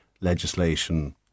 legislation